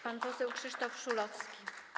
Pan poseł Krzysztof Szulowski.